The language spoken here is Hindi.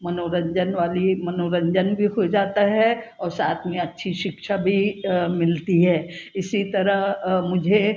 मनोरंजन वाली मनोरंजन वी हो जाता है और साथ में अच्छी शिक्षा भी मिलती है इसी तरह मुझे